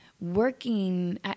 working